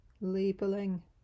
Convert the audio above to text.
labeling